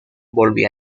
volví